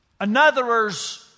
Anotherers